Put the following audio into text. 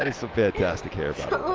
but some fantastic hair. oh